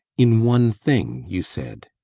in one thing, you said